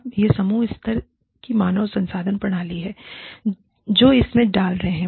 अब यह समूह स्तर की मानव संसाधन प्रणाली है जो इसमें डाल रहे है